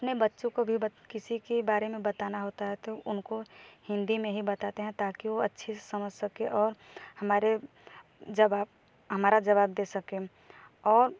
अपने बच्चों को भी किसी के बारे में बताना होता है तो उनको हिंदी में ही बताते हैं ताकि वो अच्छे से समझ सकें और हमारे जवाब हमारा जवाब दे सकें और